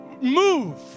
move